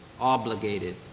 obligated